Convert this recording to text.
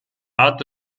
art